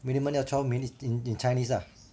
minimum 要 twelve minutes in chinese ah